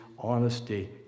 honesty